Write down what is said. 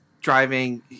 driving